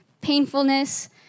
painfulness